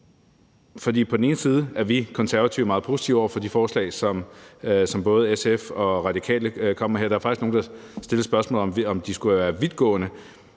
emne. På den ene side er vi Konservative meget positive over for de forslag, som både SF og De Radikale kommer med her. Der er faktisk nogle, der har stillet spørgsmålet, om de er for vidtgående,